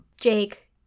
Jake